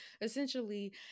essentially